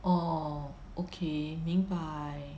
orh okay 明白